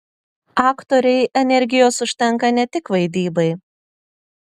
aktorei energijos užtenka ne tik vaidybai